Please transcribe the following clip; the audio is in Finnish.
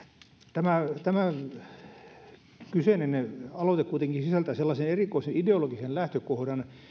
tämä kyseinen aloite kuitenkin sisältää sellaisen erikoisen ideologisen lähtökohdan